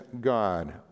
God